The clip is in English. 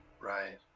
Right